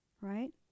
Right